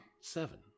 seven